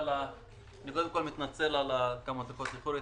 קודם כול אני מתנצל על האיחור שלי,